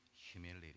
humility